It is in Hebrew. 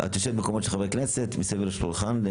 את יושבת במקומות של חברי כנסת מסביב לשולחן.